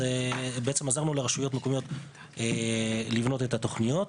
אז בעצם עזרנו לרשויות המקומיות לבנות את התוכניות,